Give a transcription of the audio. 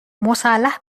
مسلح